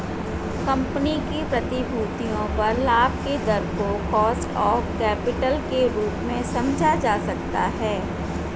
company की प्रतिभूतियों पर लाभ के दर को कॉस्ट ऑफ कैपिटल के रूप में समझा जा सकता है